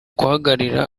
guhagarira